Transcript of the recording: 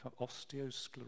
Osteosclerosis